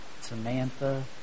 Samantha